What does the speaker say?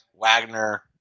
Wagner